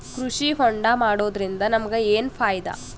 ಕೃಷಿ ಹೋಂಡಾ ಮಾಡೋದ್ರಿಂದ ನಮಗ ಏನ್ ಫಾಯಿದಾ?